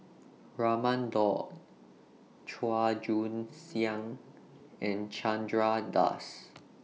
Raman Daud Chua Joon Siang and Chandra Das